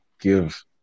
give